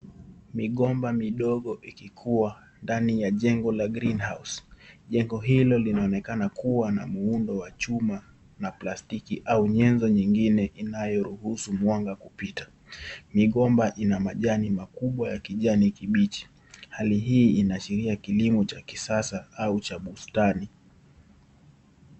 Migomba midogo ikikua ndani ya jengo la green house .Jengo hilo linaonekana kuwa na muundo wa chuma na plasitki au nyenzo nyingine inayoruhusu mwanga kupita. Migomba ina majani makubwa ya kijani kibichi. Hali hii inaashiria kilimo cha kisasa au cha bustani.